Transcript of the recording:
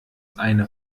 eine